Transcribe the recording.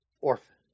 orphan